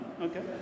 Okay